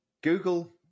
google